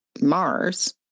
Mars